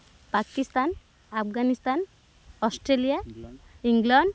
Pakistan Afghanistan Australia England